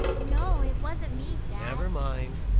no, it wasn't me, dad! never mind.